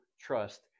Trust